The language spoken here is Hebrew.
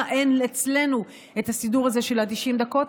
אין אצלנו את הסידור הזה של 90 הדקות?